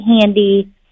handy